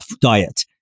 diet